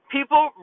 People